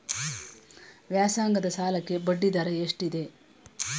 ವ್ಯಾಸಂಗದ ಸಾಲಕ್ಕೆ ಬಡ್ಡಿ ದರ ಎಷ್ಟಿದೆ?